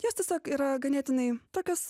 jos tiesiog yra ganėtinai tokios